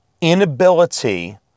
inability